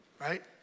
Right